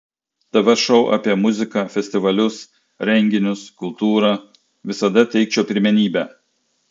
tv šou apie muziką festivalius renginius kultūrą visada teikčiau pirmenybę